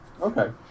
Okay